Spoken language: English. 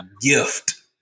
gift